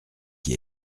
qui